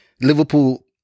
Liverpool